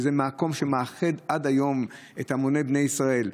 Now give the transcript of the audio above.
זהו המקום שמאחד עד היום את המוני בני ישראל,